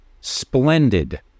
splendid